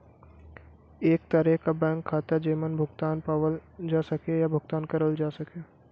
एक तरे क बैंक खाता जेमन भुगतान पावल जा सके या भुगतान करल जा सके